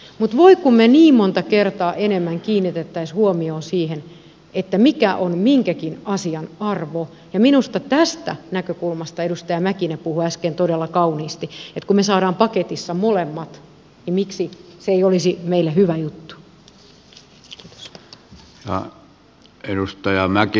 voi kun me niin monta kertaa enemmän kiinnittäisimme huomiota siihen mikä on minkäkin asian arvo ja minusta tästä näkökulmasta edustaja mäkinen puhui äsken todella kauniisti että kun me saamme paketissa molemmat niin miksi se ei olisi meille hyvä juttu